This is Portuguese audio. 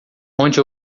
onde